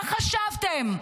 מה חשבתם?